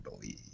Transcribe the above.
believe